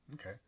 Okay